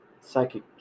psychic